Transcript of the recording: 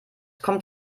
kommt